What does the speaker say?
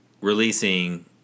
releasing